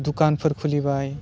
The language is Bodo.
दुकानफोर खुलिबाय